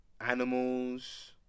Animals